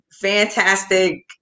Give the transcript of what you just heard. fantastic